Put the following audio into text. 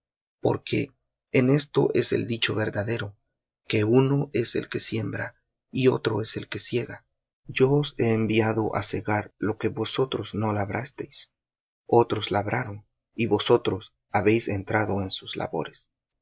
porque en esto es el dicho verdadero que uno es el que siembra y otro es el que siega yo os he enviado á segar lo que vosotros no labrasteis otros labraron y vosotros habéis entrado en sus labores